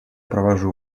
провожу